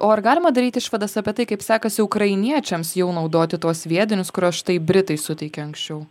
o ar galima daryt išvadas apie tai kaip sekasi ukrainiečiams jau naudoti tuos sviedinius kuriuos štai britai suteikė anksčiau